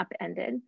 upended